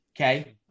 okay